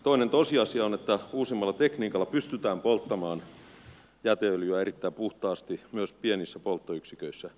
toinen tosiasia on että uusimmalla tekniikalla pystytään polttamaan jäteöljyä erittäin puhtaasti myös pienissä polttoyksiköissä